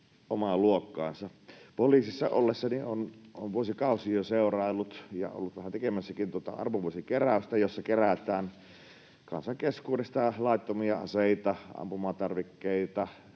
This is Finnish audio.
omaa luokkaansa. Poliisissa ollessani olen vuosikausia jo seuraillut ja ollut vähän tekemässäkin tuota armovuosikeräystä, jossa kerätään kansan keskuudesta laittomia aseita, ampumatarvikkeita